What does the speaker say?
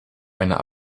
einer